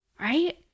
right